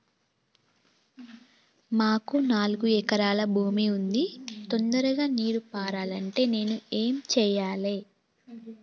మాకు నాలుగు ఎకరాల భూమి ఉంది, తొందరగా నీరు పారాలంటే నేను ఏం చెయ్యాలే?